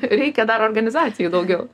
reikia dar organizacijų daugiau